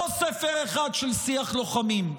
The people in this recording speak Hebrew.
לא ספר אחד של שיח לוחמים,